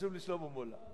רשום לי שלמה מולה.